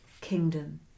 kingdom